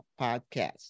podcast